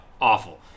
awful